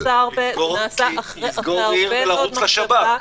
כל זה נעשה עוד קודם לכן,